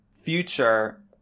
future